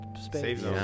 space